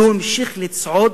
והוא המשיך לצעוד,